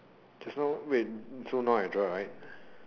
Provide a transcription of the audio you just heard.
just now wait so now I draw right